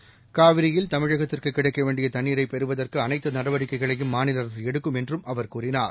seconds காவிரியில் தமிழகத்திற்கு கிடைக்க வேண்டிய தண்ணீரை பெறுவதற்கு அனைத்து நடவடிக்கைகளையும் மாநில அரசு எடுக்கும் என்றும் அவர் கூறினார்